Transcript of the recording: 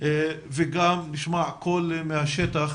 וגם נשמע קול מהשטח,